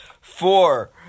Four